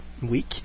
week